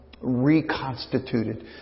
reconstituted